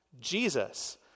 Jesus